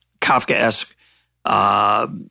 Kafka-esque